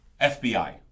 FBI